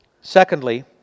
secondly